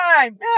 time